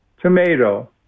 tomato